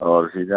اور سیدھا